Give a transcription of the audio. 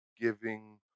giving